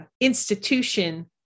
institution